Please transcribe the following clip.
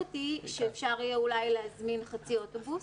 המשמעות היא שאפשר יהיה אולי להזמין חצי אוטובוס.